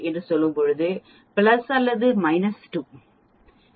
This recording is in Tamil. என்று சொல்லும்போது பிளஸ் அல்லது மைனஸ் 2